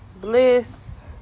Bliss